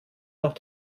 noch